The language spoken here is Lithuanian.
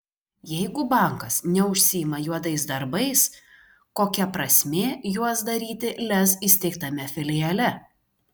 jeigu bankas neužsiima juodais darbais kokia prasmė juos daryti lez įsteigtame filiale